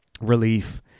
relief